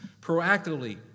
Proactively